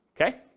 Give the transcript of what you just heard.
okay